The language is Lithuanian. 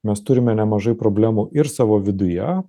mes turime nemažai problemų ir savo viduje